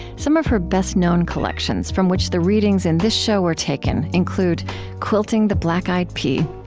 some of her best known collections from which the readings in this show were taken include quilting the black-eyed pea,